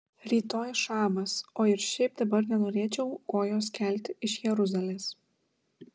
rytoj šabas o ir šiaip dabar nenorėčiau kojos kelti iš jeruzalės